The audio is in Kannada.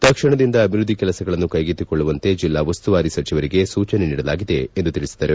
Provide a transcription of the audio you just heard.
ತಕ್ಷಣದಿಂದ ಅಭಿವೃದ್ಧಿ ಕೆಲಸಗಳನ್ನು ಕೈಗೆತ್ತಿಕೊಳ್ಳುವಂತೆ ಜಿಲ್ಲಾ ಉಸ್ತುವಾರಿ ಸಚಿವರಿಗೆ ಸೂಚನೆ ನೀಡಲಾಗಿದೆ ಎಂದು ತಿಳಿಸಿದರು